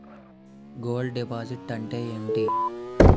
Gold deposit అంతే ఎంటి?